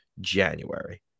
January